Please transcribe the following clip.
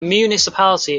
municipality